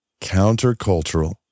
countercultural